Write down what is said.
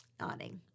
Nodding